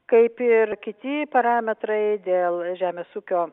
kaip ir kiti parametrai dėl žemės ūkio